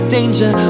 Danger